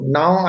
now